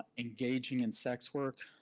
engaging in sex work